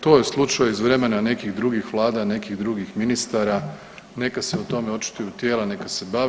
To je slučaj iz vremena nekih drugih vlada, nekih drugih ministara, neka se o tome očituju tijela, neka se bave.